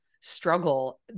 struggle